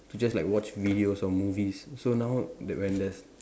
to just like watch videos or movies so now that when there's